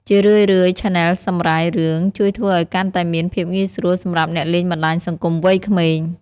ជារឿយៗ ឆាណែលសម្រាយរឿង ជួយធ្វើឱ្យកាន់តែមានភាពងាយស្រួលសម្រាប់អ្នកលេងបណ្ដាញសង្គមវ័យក្មេង។